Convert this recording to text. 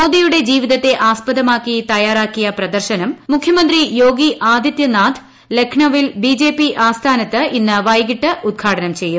മോദിയുടെ ജീവിതത്തെ ആസ്പദമാക്കി തയ്യാറാക്കിയ പ്രദർശനം മുഖ്യമന്ത്രി യോഗി ആദിത്യനാഥ് ലക്നൌവിൽ ബിജെപി ആസ്ഥാനത്ത് ഇന്ന് വൈകിട്ട് ഉദ്ഘാടനം ചെയ്യും